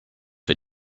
for